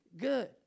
good